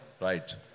Right